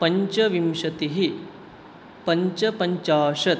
पञ्चविंशतिः पञ्चपञ्चाशत्